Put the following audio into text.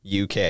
UK